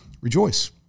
Rejoice